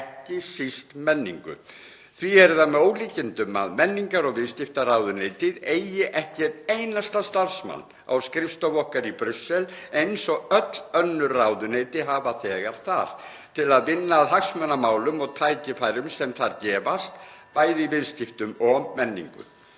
ekki síst menningar. Því er það með ólíkindum að menningar- og viðskiptaráðuneytið eigi ekki einn einasta starfsmann á skrifstofu okkar í Brussel eins og öll önnur ráðuneyti hafa þegar þar (Forseti hringir.) til að vinna að hagsmunamálum og tækifærum sem þar gefast, bæði í viðskiptum og menningu.